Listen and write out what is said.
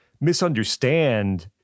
misunderstand